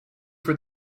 for